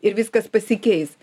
ir viskas pasikeis